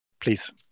Please